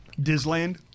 Disneyland